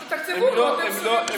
הם לא, הם לא, אבל תתקצבו.